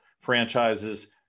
franchises